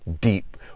deep